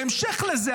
בהמשך לזה,